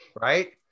Right